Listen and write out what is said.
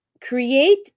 create